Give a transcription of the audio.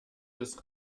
ist